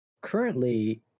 currently